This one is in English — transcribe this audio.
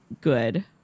good